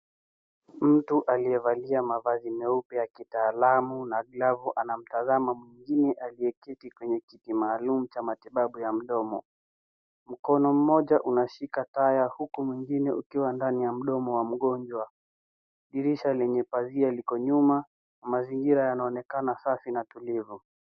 Mtu aliyevalia mavazi meupe ya kitaalamu, na glavu anamtazama mwingine, aliyeketi kwenye kiti maalum cha matibabu ya mdomo. Mkono mmoja unashika taya, na huku mwingine ukiwa ndani ya mdomo wa mgonjwa. Dirisha lenye pazia liko nyuma, na mazingira yanaonekana safi, na tulivu.